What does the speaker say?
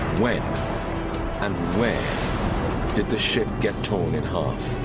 when and where did the ship get torn in half?